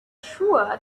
sure